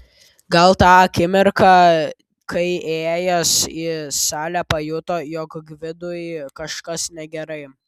gal tą akimirką kai įėjęs į salę pajuto jog gvidui kažkas negerai